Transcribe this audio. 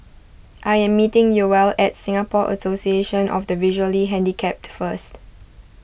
I am meeting Yoel at Singapore Association of the Visually Handicapped first